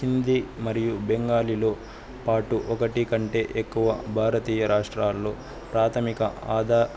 హిందీ మరియు బెంగాలీలో పాటు ఒకటి కంటే ఎక్కువ భారతీయ రాష్ట్రాలలో ప్రాథమిక ఆధార్